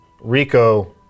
Rico